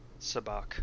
Sabak